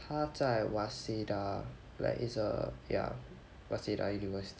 他在 waseda like it's err ya waseda university